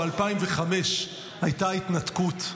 ב-2005 הייתה ההתנתקות.